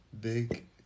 Big